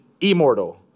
immortal